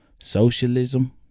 Socialism